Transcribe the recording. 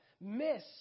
miss